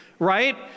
right